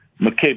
McCabe